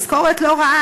משכורת לא רעה,